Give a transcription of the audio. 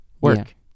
work